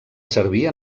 servir